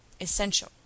essential